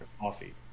Coffee